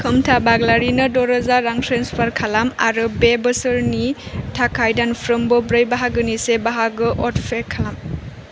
खोमथा बाग्लारिनो द'रोजा रां ट्रेन्सफार खालाम आरो बे बोसोरनि थाखाय दानफ्रोमबो ब्रै बाहागोनि से बाहागो अट'पे खालाम